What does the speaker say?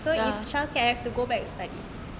so if childcare I have to go back study